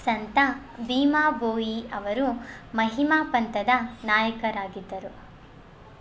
ಸಂತ ಭೀಮಾ ಭೋಯಿ ಅವರು ಮಹಿಮಾ ಪಂಥದ ನಾಯಕರಾಗಿದ್ದರು